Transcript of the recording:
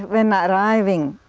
when arriving